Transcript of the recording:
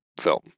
film